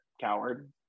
coward